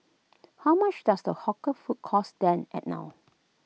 how much does the hawker food cost then and now